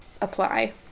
apply